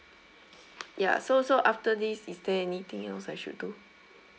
ya so so after this is there anything else I should do